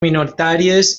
minoritàries